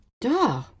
Duh